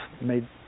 made